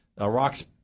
Iraq's